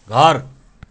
घर